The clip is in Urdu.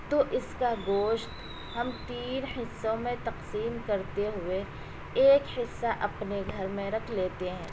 تو اس کا گوشت ہم تین حصوں میں تقسیم کرتے ہوئے ایک حصہ اپنے گھر میں رکھ لیتے ہیں